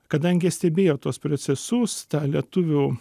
kadangi stebėjo tuos procesus tą lietuvių